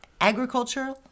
agriculture